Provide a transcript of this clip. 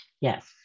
Yes